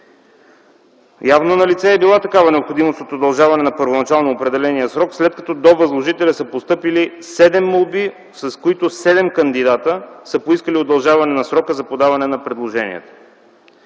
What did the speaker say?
Явно налице е била такава необходимост от удължаване на първоначално определения срок, след като до възложителя са постъпили 7 молби, с които 7 кандидата са поискали удължаване на срока за подаване на предложенията.